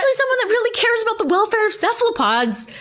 and someone that really cares about the welfare of cephalopods!